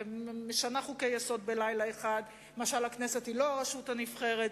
ומשנה חוקי-יסוד בלילה אחד משל הכנסת היא לא הרשות הנבחרת,